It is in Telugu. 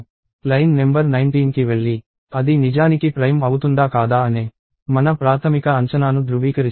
లైన్ నెంబర్ 19 కి వెళ్లి అది నిజానికి ప్రైమ్ అవుతుందా కాదా అనే మన ప్రాథమిక అంచనాను ధృవీకరిస్తుంది